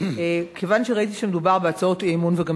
כיוון שראיתי שמדובר בהצעות אי-אמון וגם